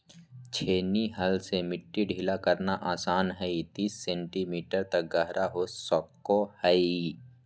छेनी हल से मिट्टी ढीला करना आसान हइ तीस सेंटीमीटर तक गहरा हो सको हइ